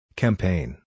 Campaign